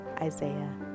Isaiah